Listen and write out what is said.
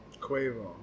Quavo